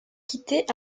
quitter